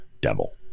devil